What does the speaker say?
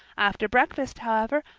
after breakfast however,